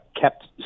kept